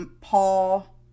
Paul